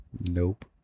Nope